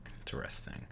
Interesting